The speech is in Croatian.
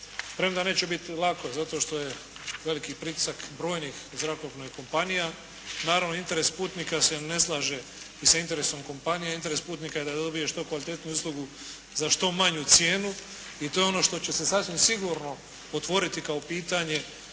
Premda neće biti lako zato što je veliki pritisak brojnih zrakoplovnih kompanija. Naravno, interes putnika se ne slaže ni s interesom kompanija. Interes putnika je da dobije što kvalitetniju uslugu za što manju cijenu i to je ono što će se sasvim sigurno otvoriti kao pitanje